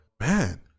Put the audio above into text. man